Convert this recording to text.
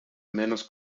menos